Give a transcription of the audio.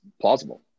plausible